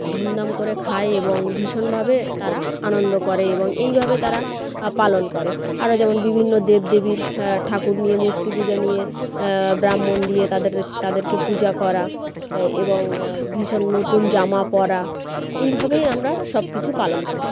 ধুমধাম করে খায় এবং ভীষণভাবে তারা আনন্দ করে এবং এইভাবে তারা পালন করে আরও যেমন বিভিন্ন দেবদেবীর ঠাকুর নিয়ে মূর্তি পূজা নিয়ে ব্রাহ্মণ দিয়ে তাদের তাদেরকে পূজা করা এবং ভীষণ নতুন জামা পরা এইভাবেই আমরা সবকিছু পালন করি